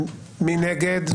מי נגד?